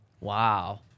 Wow